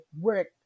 work